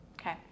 Okay